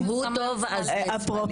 הוא טוב אז זה שמאלי.